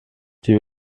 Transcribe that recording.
die